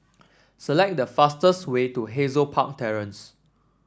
select the fastest way to Hazel Park Terrace